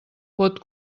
pot